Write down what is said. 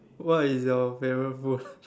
what is your favourite food